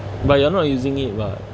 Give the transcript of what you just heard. but you're not using it [what]